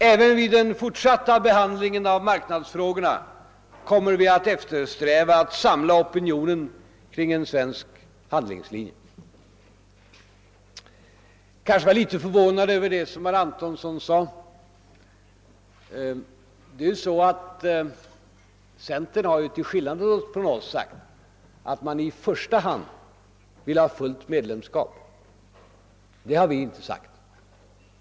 Även vid den fortsatta behandlingen av marknadsfrågorna kommer vi att eftersträva att samla opinionen kring en svensk Jag blev litet förvånad över det som herr Antonsson sade. Centern har ju till skillnad från oss sagt, att man i första hand vill ha fullt medlemskap. Det har vi inte sagt.